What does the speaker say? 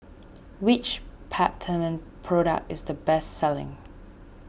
which Peptamen product is the best selling